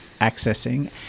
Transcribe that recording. accessing